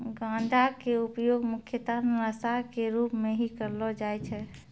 गांजा के उपयोग मुख्यतः नशा के रूप में हीं करलो जाय छै